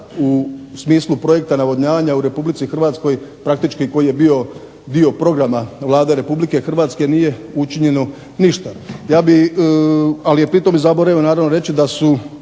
u smislu projekta navodnjavanja u Republici Hrvatskoj praktički koji je bio dio programa Vlade Republike Hrvatske nije učinjeno ništa. Ali je pritom zaboravio naravno reći da su